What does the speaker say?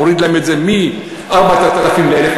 הוריד להם את זה מ-4,000 ל-1,250,